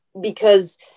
because-